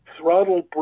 throttle